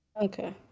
okay